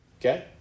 Okay